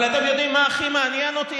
אבל אתם יודעים מה הכי מעניין אותי,